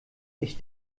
ich